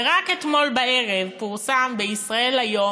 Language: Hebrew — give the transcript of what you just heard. ורק אתמול בערב פורסם ב"ישראל היום",